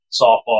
softball